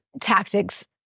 tactics